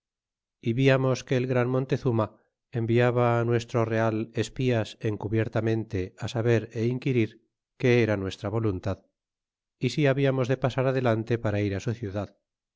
y viamos que el gran montezuma enviaba á nuestro real espias encubiertamente saber é inquirir que era nuestra voluntad e si habíamos de pasar adelante para ir á su ciudad